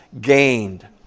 gained